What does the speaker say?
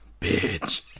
Bitch